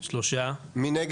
הצבעה בעד 3 נגד